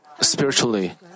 spiritually